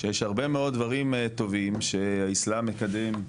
שיש הרבה מאוד דברים טובים שהאסלאם מקדם,